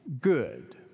good